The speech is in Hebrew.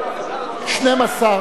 12 בעד,